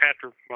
Patrick